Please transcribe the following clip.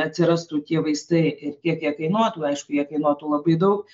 atsirastų tie vaistai ir tiek kiek kainuotų aišku jie kainuotų labai daug